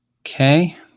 Okay